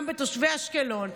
גם בתושבי אשקלון.